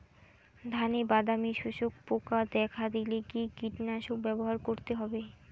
ধানে বাদামি শোষক পোকা দেখা দিলে কি কীটনাশক ব্যবহার করতে হবে?